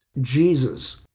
Jesus